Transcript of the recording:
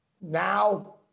Now